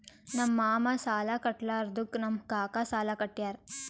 ನಮ್ ಮಾಮಾ ಸಾಲಾ ಕಟ್ಲಾರ್ದುಕ್ ನಮ್ ಕಾಕಾ ಸಾಲಾ ಕಟ್ಯಾರ್